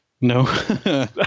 No